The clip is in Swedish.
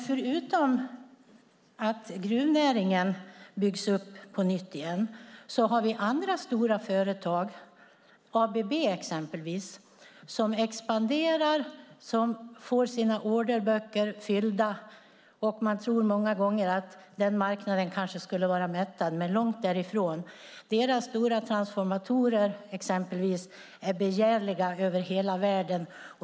Förutom att gruvnäringen byggs upp på nytt har vi dock andra stora företag, exempelvis ABB, som expanderar och får sina orderböcker fyllda. Man tror många gånger att denna marknad kanske skulle vara mättad, men långt därifrån - deras stora transformatorer, exempelvis, är begärliga över hela världen.